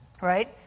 right